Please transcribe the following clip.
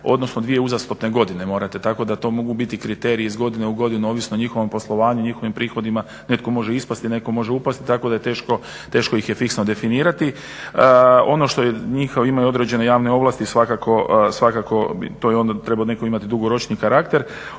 odnosno dvije uzastopne godine morate, tako da to mogu biti kriteriji iz godine u godinu ovisno o njihovom poslovanju, njihovim prihodima, netko može ispasti, netko može upasti tako da je teško ih je fiksno definirati. Ono što je njihovo, ima i određene javne ovlasti i svakako to je onda trebao netko imati dugoročniji karakter.